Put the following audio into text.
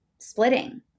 splitting